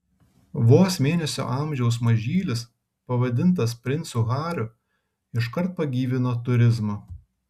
vos mėnesio amžiaus mažylis pavadintas princu hariu iškart pagyvino turizmą